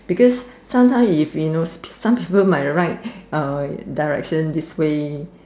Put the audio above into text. because sometimes if you know some people might write uh direction this way